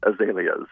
azaleas